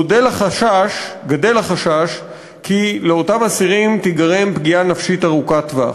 גדֵל החשש שלאותם אסירים תיגרם פגיעה נפשית ארוכת טווח.